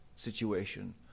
Situation